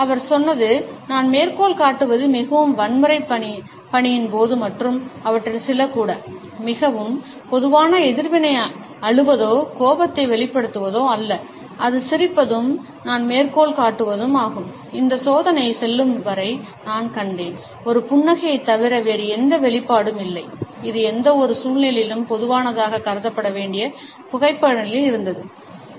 அவர் சொன்னார் நான் மேற்கோள் காட்டுவது மிகவும் வன்முறைப் பணியின் போது மற்றும் அவற்றில் சில கூட மிகவும் பொதுவான எதிர்வினை அழுவதோ கோபத்தை வெளிப்படுத்துவதோ அல்ல அது சிரிப்பதும் நான் மேற்கோள் காட்டுவதும் ஆகும் "இந்த சோதனை செல்லும் வரை நான் கண்டேன் ஒரு புன்னகையைத் தவிர வேறு எந்த வெளிப்பாடும் இல்லை இது எந்தவொரு சூழ்நிலையிலும் பொதுவானதாகக் கருதப்பட வேண்டிய புகைப்படங்களில் இருந்தது "